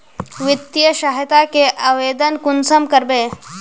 वित्तीय सहायता के आवेदन कुंसम करबे?